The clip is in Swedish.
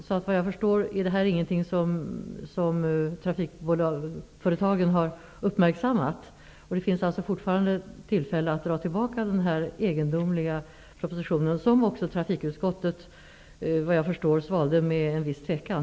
Såvitt jag förstår är detta därför inte något som trafikföretagen har uppmärksammat. Det finns därför alltså tillfälle att dra tillbaka denna egendomliga proposition som även trafikutskottet, såvitt jag förstår, svalde med en viss tvekan.